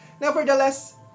Nevertheless